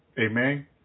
Amen